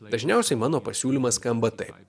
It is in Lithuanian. dažniausiai mano pasiūlymas skamba taip